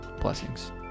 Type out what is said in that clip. Blessings